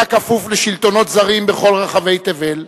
והיה כפוף לשלטונות זרים בכל רחבי תבל,